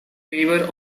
favor